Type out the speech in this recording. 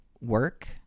work